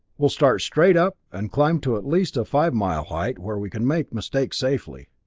we'll start straight up, and climb to at least a five mile height, where we can make mistakes safely.